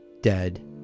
dead